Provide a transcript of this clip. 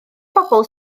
bobl